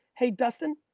hey dustin.